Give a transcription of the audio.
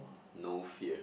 no fear